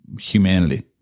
humanity